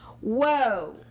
whoa